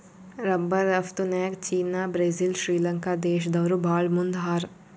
rubber ರಫ್ತುನ್ಯಾಗ್ China Brazil Sri Lanka ದೇಶ್ದವ್ರು ಭಾಳ್ ಮುಂದ್ ಹಾರ